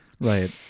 Right